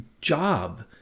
job